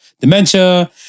dementia